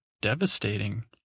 devastating